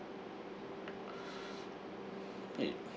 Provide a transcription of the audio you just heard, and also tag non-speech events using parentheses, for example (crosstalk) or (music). (breath)